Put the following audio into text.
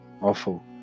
Awful